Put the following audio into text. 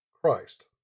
Christ